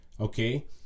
okay